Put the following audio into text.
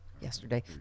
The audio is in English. yesterday